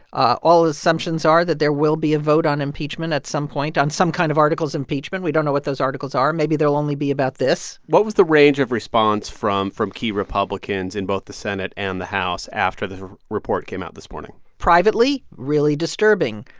ah all assumptions are that there will be a vote on impeachment at some point on some kind of articles of impeachment. we don't know what those articles are. maybe they'll only be about this what was the range of response from from key republicans in both the senate and the house after the report came out this morning? privately really disturbing,